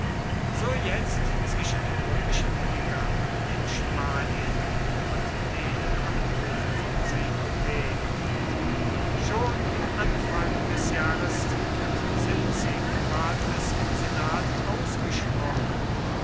so jetzt zwischen den römischen emigranten in spanien und denen am hofe von sinope schon im anfang des jahres ward es im senat ausgesprochen